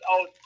out